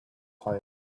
tired